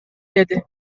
деди